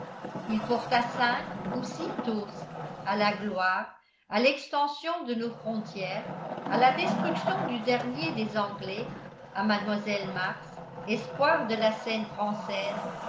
il porta cinq ou six toasts à la gloire à l'extension de nos frontières à la destruction du dernier des anglais à mlle mars espoir de la scène française